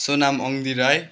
Sonam Ongdi Rai